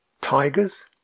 Tigers